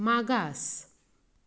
मागास